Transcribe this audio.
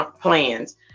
plans